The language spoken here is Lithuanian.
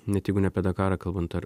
net jeigu ne apie dakarą kalbant ar